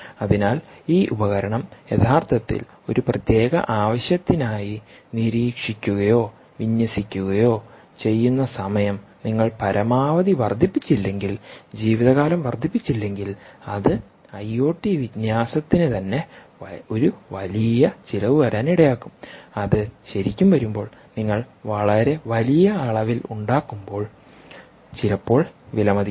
അതിനാൽ ഈ ഉപകരണം യഥാർത്ഥത്തിൽ ഒരു പ്രത്യേക ആവശ്യത്തിനായി നിരീക്ഷിക്കുകയോ വിന്യസിക്കുകയോ ചെയ്യുന്ന സമയം നിങ്ങൾ പരമാവധി വർദ്ധിപ്പിച്ചില്ലെങ്കിൽ ജീവിതകാലം വർദ്ധിപ്പിച്ചില്ലെങ്കിൽ അത് ഐഒടി വിന്യാസത്തിന് തന്നെ ഒരു വലിയ ചിലവ് വരാൻ ഇടയാക്കും അത് ശരിക്കും വരുമ്പോൾ നിങ്ങൾ വളരെ വലിയ അളവിൽ ഉണ്ടാകുമ്പോൾ ചിലപ്പോൾ വിലമതിക്കില്ല